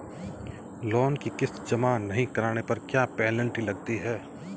Loan की किश्त जमा नहीं कराने पर क्या पेनल्टी लगती है?